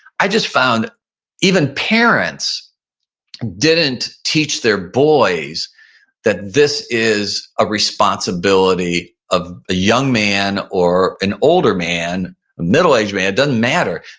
i just found even parents didn't teach their boys that this is a responsibility of a young man or an older man, a middle aged man. it doesn't matter.